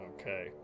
Okay